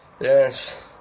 Yes